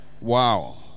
Wow